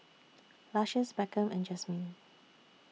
Lucious Beckham and Jasmin